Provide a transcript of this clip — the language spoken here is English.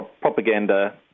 propaganda